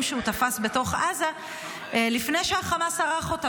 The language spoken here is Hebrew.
שהוא תפס בתוך עזה לפני שחמאס ערך אותו.